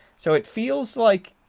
so it feels like